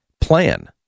plan